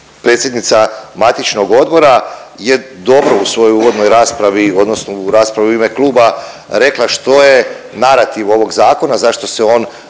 predsjednica matičnog odbora je dobro u svojoj uvodnoj raspravi, odnosno u raspravi u ime kluba rekla što je narativ ovog Zakona, zašto se on